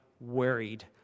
worried